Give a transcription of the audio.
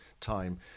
time